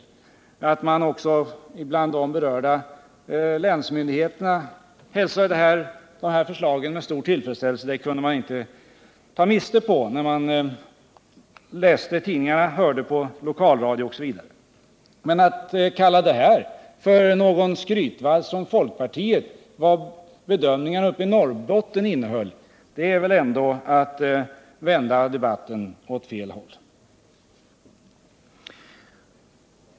Att dessa förslag också bland de berörda länsmyndigheterna hälsades med stor tillfredsställelse kunde man inte ta miste på när man läste tidningarna, hörde på lokalradio osv. Men att kalla detta för någon skrytvals från folkpartiet — vad bedömningarna uppe i Norrbotten innehöll — är väl ändå att vända debatten åt fel håll.